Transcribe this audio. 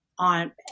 on